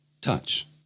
Touch